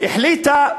החליטה,